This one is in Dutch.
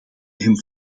hem